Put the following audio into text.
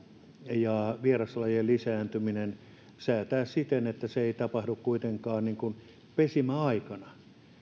ja vieraslajien lisääntyminen säätää siten että se ei tapahdu kuitenkaan pesimäaikana